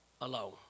alone